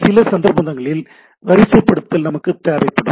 சில சந்தர்ப்பங்களில் வரிசைப்படுத்துதல் நமக்குத் தேவைப்படும்